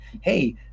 hey